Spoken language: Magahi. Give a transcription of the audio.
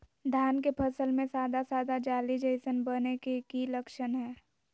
धान के फसल में सादा सादा जाली जईसन बने के कि लक्षण हय?